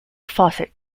fawcett